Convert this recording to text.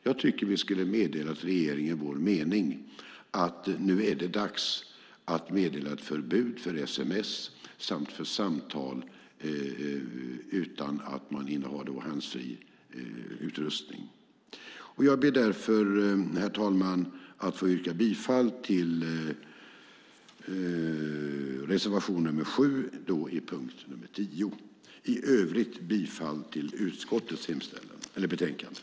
Jag tycker att vi skulle ha meddelat regeringen vår mening: att det nu är dags att meddela ett förbud för sms samt för samtal utan handsfreeutrustning. Jag ber därför, herr talman, att få yrka bifall till reservation nr 7 under punkt nr 10. I övrigt yrkar jag bifall till utskottets förslag i betänkandet.